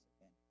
again